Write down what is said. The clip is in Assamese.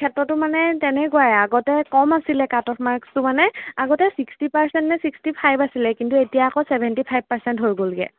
ক্ষেত্ৰতো মানে তেনেকুৱাই আগতে কম আছিলে কাট অফ মাৰ্কছটো মানে আগতে চিক্সটি পাৰ্চেণ্ট নে চিক্সটি ফাইভ আছিলে কিন্তু এতিয়া আকৌ চেভেণ্টি ফাইভ পাৰ্চেণ্ট হৈ গ'লগৈ